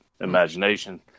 imagination